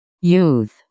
Youth